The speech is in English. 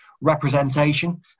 representation